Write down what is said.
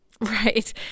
Right